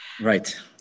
right